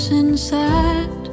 inside